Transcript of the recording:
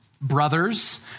brothers